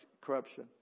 corruption